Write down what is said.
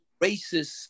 racist